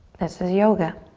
this is yoga